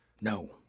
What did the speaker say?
No